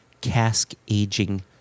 cask-aging